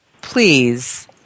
please